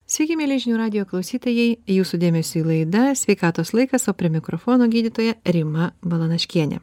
sveiki mieli žinių radijo klausytojai jūsų dėmesiui laida sveikatos laikas o prie mikrofono gydytoja rima balanaškienė